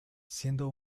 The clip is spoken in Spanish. siendo